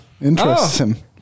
Interesting